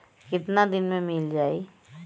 कितना दिन में मील जाई?